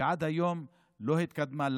ועד היום לא התקדמה.